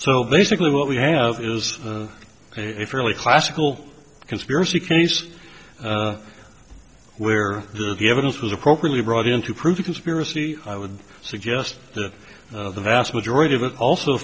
so basically what we have is a fairly classical conspiracy case where the evidence was appropriately brought in to prove a conspiracy i would suggest that the vast majority of us also